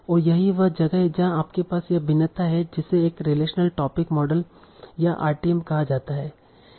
और यही वह जगह है जहां आपके पास यह भिन्नता है जिसे एक रिलेशनल टॉपिक मॉडल या आरटीएम कहा जाता है